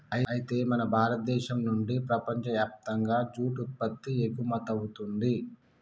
అయితే మన భారతదేశం నుండి ప్రపంచయప్తంగా జూట్ ఉత్పత్తి ఎగుమతవుతుంది